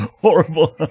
horrible